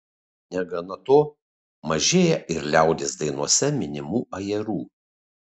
negana to mažėja ir liaudies dainose minimų ajerų